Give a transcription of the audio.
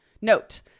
Note